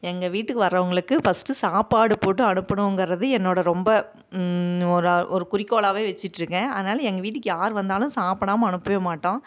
எங்கள் வீட்டுக்கு வரவங்களுக்கு ஃபர்ஸ்ட்டு சாப்பாடு போட்டு அனுப்பனுங்கிறது என்னோட ரொம்ப ஒரு ஒரு குறிகோளாகவே வச்சிட்ருக்கேன் அதனால் எங்கள் வீட்டுக்கு யார் வந்தாலும் சாப்பிடாம அனுப்பவே மாட்டோம்